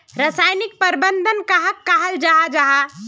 रासायनिक प्रबंधन कहाक कहाल जाहा जाहा?